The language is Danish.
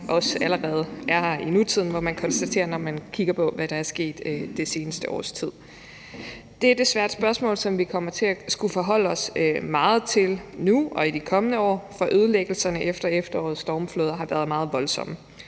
også allerede er her i nutiden, må man konstatere, når man kigger på, hvad der er sket det seneste års tid. Det er desværre et spørgsmål, som vi kommer til at skulle forholde os meget til nu og i de kommende år, for ødelæggelserne efter efterårets stormfloder har været meget voldsomme.